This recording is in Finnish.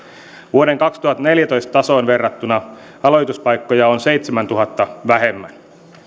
vuoden kaksituhattaneljätoista tasoon verrattuna aloituspaikkoja on seitsemäntuhannen vähemmän